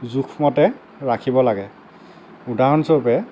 জোখমতে ৰাখিব লাগে উদাহৰণস্বৰূপে